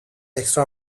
extra